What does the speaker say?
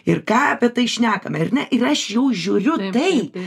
ir ką apie tai šnekame ar ne ir aš jau žiūriu taip